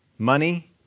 money